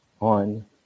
on